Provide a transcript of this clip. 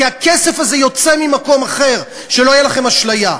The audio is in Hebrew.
כי הכסף הזה יוצא ממקום אחר, שלא תהיה לכם אשליה.